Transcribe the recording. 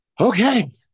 okay